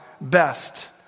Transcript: best